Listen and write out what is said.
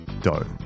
dough